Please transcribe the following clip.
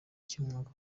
cy’umwaka